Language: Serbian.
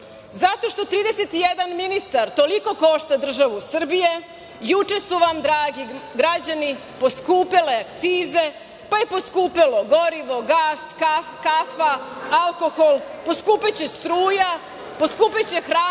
zato što 31 ministar toliko košta državu Srbiju. Juče su vam dragi građani poskupele akcize, pa je poskupelo gorivo, gas, kafa, alkohol, poskupećete struja, poskupeće hrana,